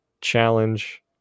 challenge